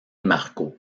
marco